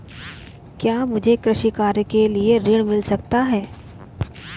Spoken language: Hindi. क्या मुझे कृषि कार्य के लिए ऋण मिल सकता है?